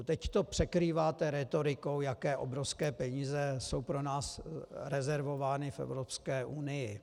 Teď to překrýváte rétorikou, jaké obrovské peníze jsou pro nás rezervovány v Evropské unii.